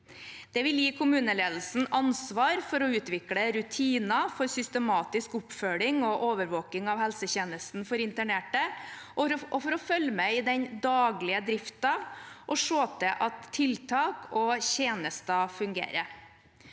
Det vil gi kommuneledelsen ansvar for å utvikle rutiner for systematisk oppfølging og overvåkning av helsetjenesten for internerte og for å følge med i den daglige driften og se til at tiltak og tjenester fungerer.